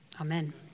Amen